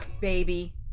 baby